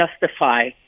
justify